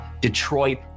detroit